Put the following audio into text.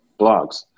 blogs